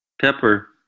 Pepper